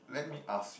let me ask